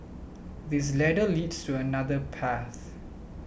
this ladder leads to another path